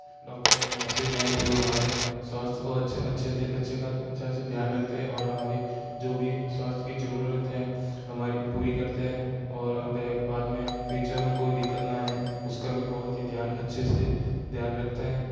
doctor और nurses हैं जो हमारे स्वास्थ्य को अच्छे अच्छे अच्छे का अच्छा से ध्यान रखते हैं और हमारी जो भी स्वास्थ्य की ज़रूरत है हमारी पूरी करते हैं और हमें बाद में फ़्यूचर में कोई दिक्कत ना आए उसका भी बहुत ही ध्यान अच्छे से ध्यान रखते हैं